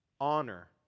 Honor